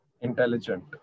Intelligent